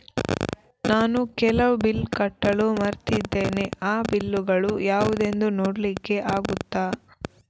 ನಾನು ಕೆಲವು ಬಿಲ್ ಕಟ್ಟಲು ಮರ್ತಿದ್ದೇನೆ, ಆ ಬಿಲ್ಲುಗಳು ಯಾವುದೆಂದು ನೋಡ್ಲಿಕ್ಕೆ ಆಗುತ್ತಾ?